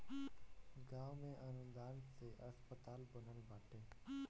गांव में अनुदान से अस्पताल बनल बाटे